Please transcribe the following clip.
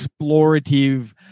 explorative